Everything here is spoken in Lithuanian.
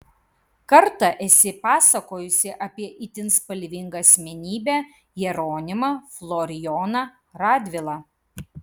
kartą esi pasakojusi apie itin spalvingą asmenybę jeronimą florijoną radvilą